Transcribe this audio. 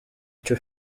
icyo